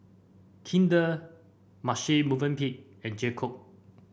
Kinder Marche Movenpick and J Co